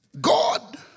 God